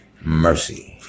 mercy